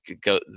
go